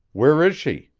where is she?